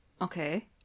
Okay